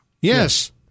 Yes